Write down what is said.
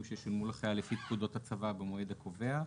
ששולמו לחייל לפי פקודת הצבא במועד הקובע.